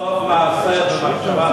סוף מעשה במחשבה תחילה.